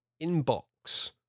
inbox